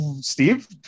Steve